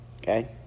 Okay